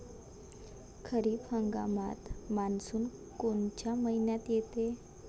खरीप हंगामात मान्सून कोनच्या मइन्यात येते?